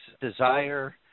desire